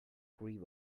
grieve